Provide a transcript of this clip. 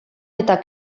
eta